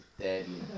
deadly